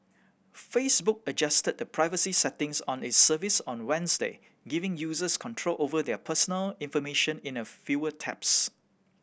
Facebook adjusted the privacy settings on its service on Wednesday giving users control over their personal information in a fewer taps